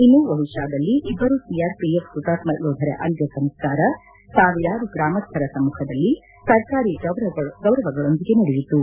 ಇನ್ನು ಒಡಿತಾದಲ್ಲಿ ಇಬ್ಬರು ಸಿಆರ್ಪಿಎಫ್ನ ಹುತಾತ್ಮ ಯೋಧರ ಅಂತ್ಯ ಸಂಸ್ಕಾರ ಸಾವಿರಾರು ಗ್ರಮಸ್ಥರ ಸಮ್ಮಖದಲ್ಲಿ ಸರ್ಕಾರಿ ಗೌರವಗಳೊಂದಿಗೆ ನಡೆಯಿತು